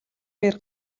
үеэр